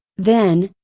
then,